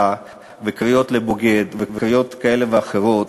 וקריאות "בוגד" וקריאות כאלה ואחרות